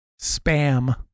Spam